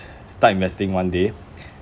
start investing one day